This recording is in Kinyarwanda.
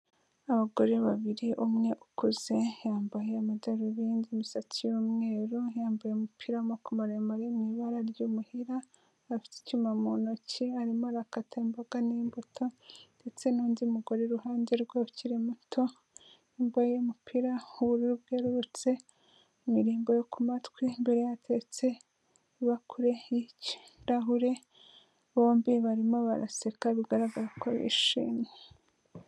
Abagore babiri umwe ukuze yambaye amadarubindi imisatsi y'umweru, yambaye umupira w'amaguru maremare mu ibara ry'umuhira afite icyuma mu ntoki arimo arakata imboga n'imbuto ndetse n'undi mugore iruhande rwe ukiri muto wambaye umupira w'ubururu bwerurutse, imirimbo yo ku matwi, imbere ye hatetse ibakure y'ikirarahure bombi barimo baraseka bigaragara ko bishimye.